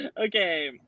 Okay